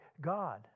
God